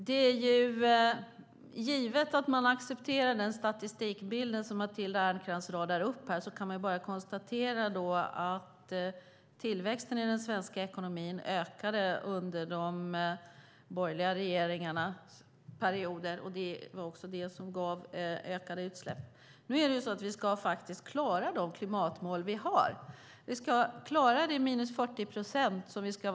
Fru talman! Givet att man accepterar den statistikbild som Matilda Ernkrans radar upp här kan man bara konstatera att tillväxten i svenska ekonomin ökade under de borgerliga regeringarna. Det var också det som gav ökade utsläpp. Vi ska faktiskt klara att nå de klimatmål vi har. Vi ska klara att nå målet om minus 40 procent till 2020.